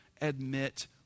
admit